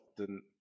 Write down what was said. often